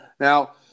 Now